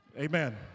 amen